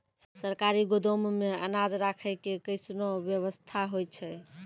सरकारी गोदाम मे अनाज राखै के कैसनौ वयवस्था होय छै?